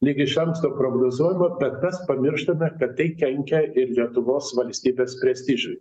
lyg iš anksto prognozuojama bet mes pamirštame kad tai kenkia ir lietuvos valstybės prestižui